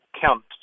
count